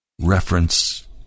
reference